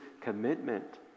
commitment